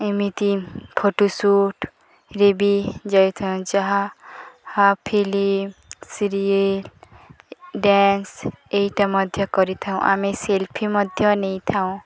ଏମିତି ଫଟୋ ସୁଟ୍ରେ ବି ଯାଇଥାଉଁ ଯାହା ଫିଲିମ୍ ସିରିଏଲ ଡ୍ୟାନ୍ସ ଏଇଟା ମଧ୍ୟ କରିଥାଉଁ ଆମେ ସେଲ୍ଫି ମଧ୍ୟ ନେଇଥାଉଁ